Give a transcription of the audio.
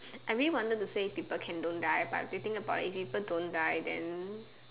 I really wanted to say people can don't die but I'm thinking about it people don't die then